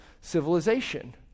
civilization